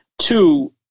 two